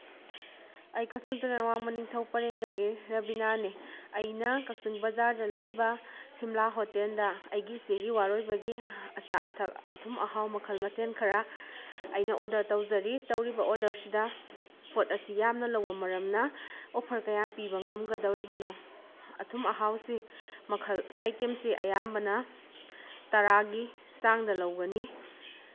ꯑꯩ ꯀꯛꯆꯤꯡ ꯇꯨꯔꯦꯜ ꯋꯥꯡꯃ ꯅꯤꯡꯊꯧ ꯄꯨꯔꯦꯟꯗꯒꯤ ꯔꯥꯕꯤꯅꯥꯅꯦ ꯑꯩꯅ ꯀꯥꯛꯆꯤꯡ ꯕꯖꯥꯔꯗ ꯂꯩꯕ ꯁꯤꯝꯂꯥ ꯍꯣꯇꯦꯜꯗ ꯑꯩꯒꯤ ꯏꯆꯦꯒꯤ ꯋꯥꯔꯣꯏꯕꯒꯤ ꯑꯆꯥ ꯑꯊꯛ ꯑꯊꯨꯝ ꯑꯍꯥꯎ ꯃꯈꯜ ꯃꯊꯦꯜ ꯈꯔꯥ ꯑꯩꯅ ꯑꯣꯔꯗꯔ ꯇꯧꯖꯈꯤ ꯇꯧꯔꯤꯕ ꯑꯣꯔꯗꯔꯁꯤꯗ ꯄꯣꯠ ꯑꯁꯤ ꯌꯥꯝꯅ ꯂꯧꯕ ꯃꯔꯝꯅ ꯑꯣꯐꯔ ꯀꯌꯥꯝ ꯄꯤꯕ ꯉꯝꯗꯧꯔꯤꯕꯅꯣ ꯑꯊꯨꯝ ꯑꯍꯥꯎꯁꯤ ꯃꯈꯜ ꯑꯏꯇꯦꯝꯁꯤ ꯑꯌꯥꯝꯕꯅ ꯇꯔꯥꯒꯤ ꯆꯥꯡꯗ ꯂꯧꯒꯅꯤ